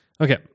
Okay